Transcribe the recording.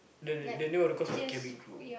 the the name of the course what cabin crew